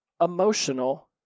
emotional